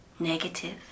negative